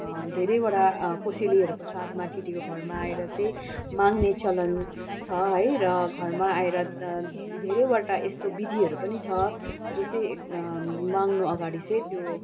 धेरैबटा कोसेलीहरूको साथमा केटीको घरमा आएर चाहिँ माँग्ने चलन छ है र घरमा आएर धेरैवटा यस्तो विधिहरू पनि छ जो चाहिँ माँग्नु अगाडि चाहिँ त्यो